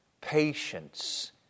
patience